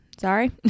Sorry